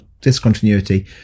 discontinuity